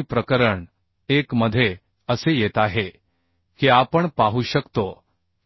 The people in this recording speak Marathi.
चाचणी प्रकरण 1 मध्ये असे येत आहे की आपण पाहू शकतो